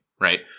right